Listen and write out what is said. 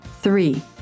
Three